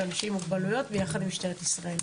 אנשים עם מוגבלויות ביחד עם משטרת ישראל.